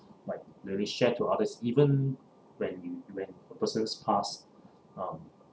like really share to others even when you when a person's past um